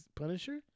Punisher